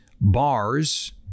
bars